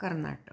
Karnataka